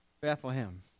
Bethlehem